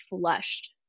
flushed